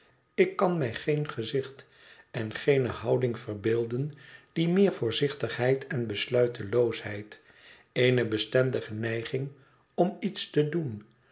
ik kan mij geen gezicht en geene houding verbeelden die meer voorzichtigheid en besluiteloosheid eene bestendige neiging om iets te doen